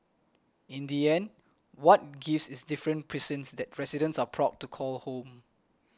in the end what gives is different precincts that residents are proud to call home